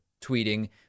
tweeting